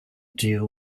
deal